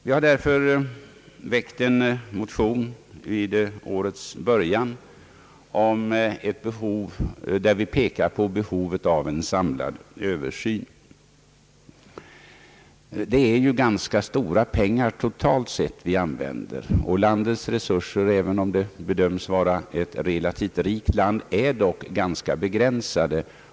Vi har därför väckt en motion vid årets början, där det pekas på behovet av en samlad översyn. Det är ju ganska stora belopp totalt sett som vi använder, och landets resurser är även om Sverige bedöms vara ett relativt rikt land — ganska begränsade.